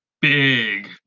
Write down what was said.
big